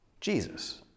Jesus